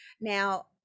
Now